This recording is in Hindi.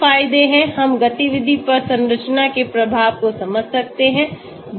हम गतिविधि पर संरचना के प्रभाव को समझ सकते हैं